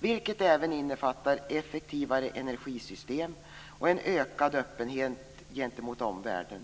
vilket även innefattar effektivare energisystem och en ökad öppenhet gentemot omvärlden.